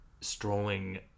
strolling